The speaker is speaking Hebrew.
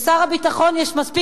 לשר הביטחון יש מספיק